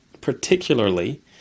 Particularly